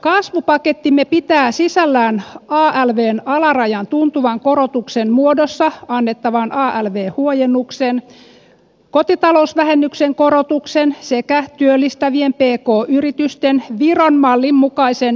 kasvupakettimme pitää sisällään alvn alarajan tuntuvan korotuksen muodossa annettavan alv huojennuksen kotitalousvähennyksen korotuksen sekä työllistävien pk yritysten viron mallin mukaisen yritysverotuksen